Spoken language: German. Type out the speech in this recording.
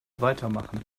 weitermachen